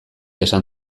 esan